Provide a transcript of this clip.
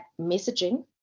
messaging